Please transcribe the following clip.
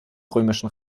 römischen